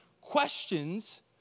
Questions